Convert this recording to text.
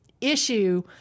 issue